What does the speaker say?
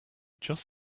just